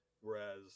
whereas